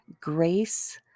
grace